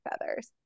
feathers